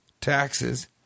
taxes